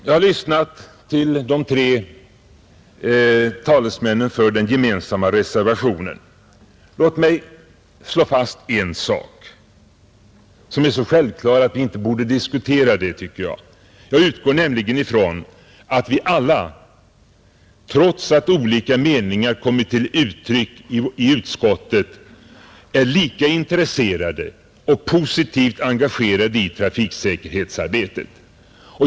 Jag har lyssnat på de tre talesmännen för den gemensamma reservationen. Låt mig slå fast en sak som är så självklar att den inte skulle behöva diskuteras. Jag utgår nämligen från att vi alla, trots att olika meningar har kommit till uttryck i utskottet, är lika intresserade och positivt engagerade i trafiksäkerhetsarbetet.